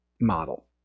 model